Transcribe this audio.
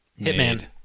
hitman